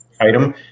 item